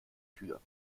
tür